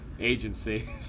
agency